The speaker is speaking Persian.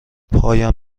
پایم